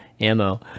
ammo